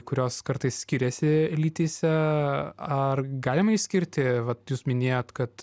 kurios kartais skiriasi lytyse ar galima išskirti vat jūs minėjot kad